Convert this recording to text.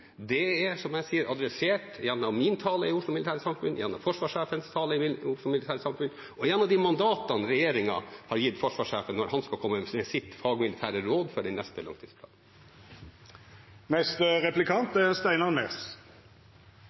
Det er, som jeg sier, adressert gjennom min tale i Oslo Militære Samfund, gjennom forsvarssjefens tale i Oslo Militære Samfund og gjennom de mandatene regjeringen har gitt forsvarssjefen når han skal komme med sitt fagmilitære råd for den neste